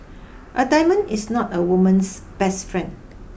a diamond is not a woman's best friend